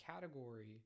category